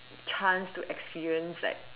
chance to experience like